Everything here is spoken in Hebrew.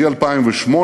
מ-2008